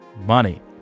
money